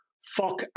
Fuck